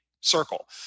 circle